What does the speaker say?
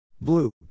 Blue